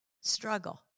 struggle